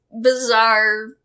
bizarre